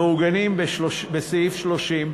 המעוגנים בסעיף 30,